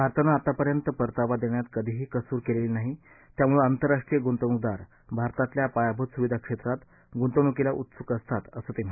भारतानं आतापर्यंत परतावा देण्यात कधीही कसूर केलेली नाही त्यामुळं आंतरराष्ट्रीय गुंतवणूकदार भारतातल्या पायाभूत सुविधा क्षेत्रात गुंतवणुकीला उत्सुक असतात असं ते म्हणाले